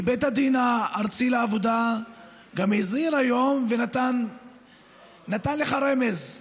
כי בית הדין הארצי לעבודה גם הזהיר היום ונתן לך רמז: